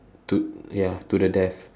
to ya to the death